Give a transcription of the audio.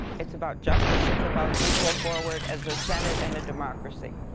its about justice. its about moving forward as the senate and the democracy.